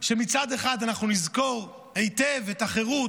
שבו מצד אחד אנחנו נזכור היטב את החירות,